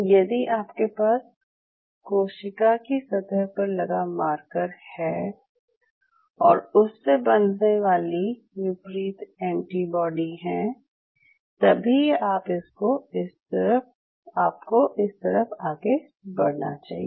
यदि आपके पास कोशिका की सतह पर लगा मार्कर है और उससे बंधने वाली विपरीत एंटीबाडी है तभी आपको इस तरफ आगे बढ़ना चाहिए